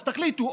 אז תחליטו,